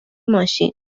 ماشین